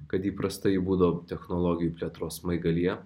kad įprastai būdavo technologijų plėtros smaigalyje